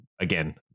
again